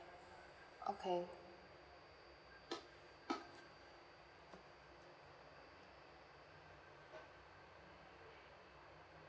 okay